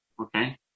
okay